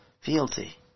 fealty